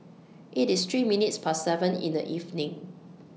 IT IS three minutes Past seven in The evening